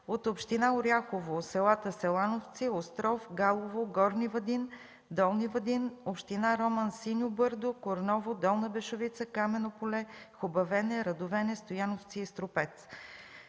от община Оряхово селата Селановци, Остров, Галово, Горни Вадин и Долни Вадин, община Роман – Синьо бърдо, Курново, Долна Бешовица, Камено поле, Хубавене, Радовене, Стояновци и Струпец.